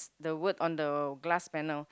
the word on the glass panel